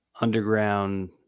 underground